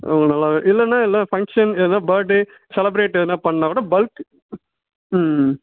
ஆமாம் நல்லாவே இல்லைன்னா எதனால் ஃபங்க்ஷன் எதனால் பர்த் டே செலப்ரேட் எதனால் பண்ணால்க்கூட பல்க் ம் ம்